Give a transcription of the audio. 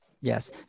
Yes